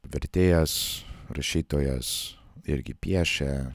vertėjas rašytojas irgi piešia